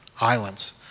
islands